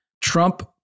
Trump